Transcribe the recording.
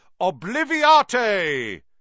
Obliviate